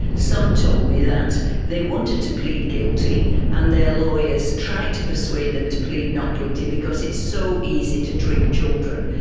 some told me that they wanted to plead guilty and their lawyers tried to persuade them to plead not guilty because it's so easy to trick children.